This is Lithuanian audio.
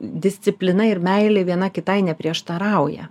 disciplina ir meilė viena kitai neprieštarauja